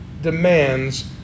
demands